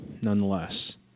nonetheless